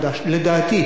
לדעתי,